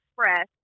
Express